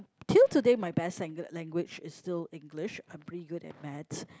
till today my best language language is still English I'm pretty good at maths